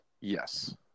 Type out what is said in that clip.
Yes